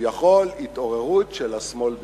כביכול התעוררות של השמאל בישראל,